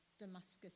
Damascus